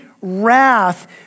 wrath